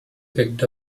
picked